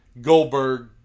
Goldberg